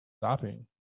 stopping